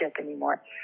anymore